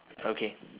okay